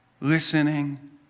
listening